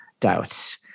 doubts